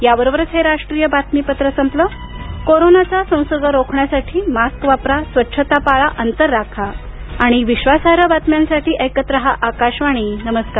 याबरोबरच हे राष्ट्रीय बातमीपत्र संपलं कोरोनाचा संसर्ग रोखण्यासाठी मास्क वापरा स्वच्छता पाळा अंतर राखा आणि विश्वासार्ह बातम्यांसाठी ऐकत रहा आकाशवाणी नमस्कार